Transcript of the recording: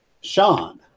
Sean